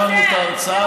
ממשלה מושחתת.